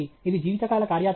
ఇది జీవితకాల కార్యాచరణ